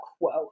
quote